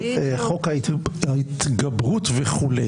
חוק ההתגברות וכו'.